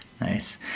Nice